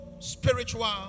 spiritual